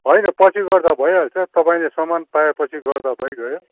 होइन पछि गर्दा भइहाल्छ तपाईँले समान पाएपछि गर्दा भइगयो